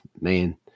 man